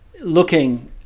looking